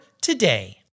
today